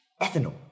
ethanol